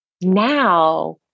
Now